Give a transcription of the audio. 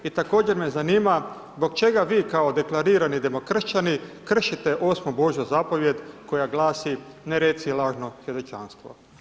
I također me zanima zbog čega vi kao deklarirani demokršćani kršite osmu Božju zapovijed koja glasi „Ne reci lažno svjedočanstvo“